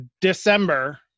December